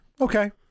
Okay